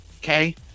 okay